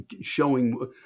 showing